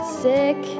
sick